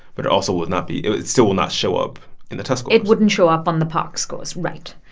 but it also would not be it still will not show up in the test scores it wouldn't show up on the parcc scores, right.